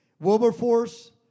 Wilberforce